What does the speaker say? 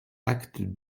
acte